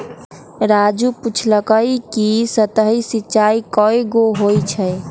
राजू पूछलकई कि सतही सिंचाई कैगो होई छई